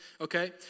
Okay